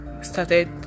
started